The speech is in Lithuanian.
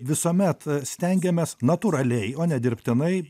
visuomet stengiamės natūraliai o ne dirbtinai